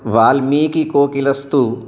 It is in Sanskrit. वाल्मीकिकोकिलस्तु